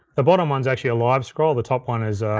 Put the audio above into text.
the bottom one's actually a live scroll, the top one is,